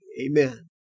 Amen